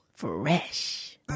fresh